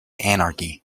anarchy